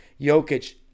Jokic